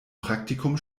praktikum